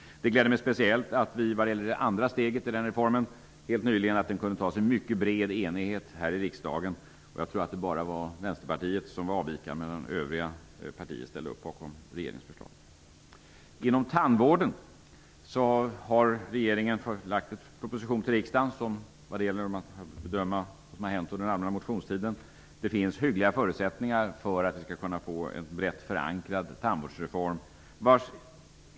Det gläder mig speciellt att det andra steget i den reformen helt nyligen kunde antas i mycket bred enighet här i riksdagen. Jag tror att det bara var Vänsterpartiet som gick emot. De övriga partierna ställde upp bakom regeringens förslag. Inom tandvården har regeringen lagt fram en proposition till riksdagen. Att döma av det som har hänt under den allmänna motionstiden finns det hyggliga förutsättningar för att vi skall kunna få en brett förankrad tandvårdsreform.